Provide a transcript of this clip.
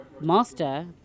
master